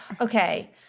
okay